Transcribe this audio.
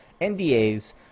ndas